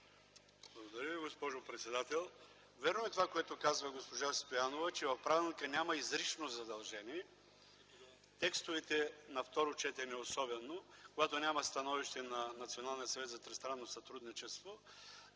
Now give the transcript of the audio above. Благодаря Ви, госпожо председател. Вярно е това, което каза госпожа Стоянова, че в правилника няма изрично задължение, особено при текстовете на второ четене, когато няма становище на